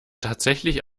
tatsächlich